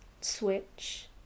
switch